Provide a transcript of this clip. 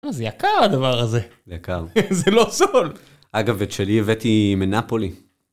אה, זה יקר הדבר הזה. זה יקר. זה לא זול. אגב, את שלי הבאתי מנפולי.